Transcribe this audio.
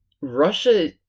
Russia